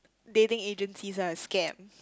dating agencies are a scam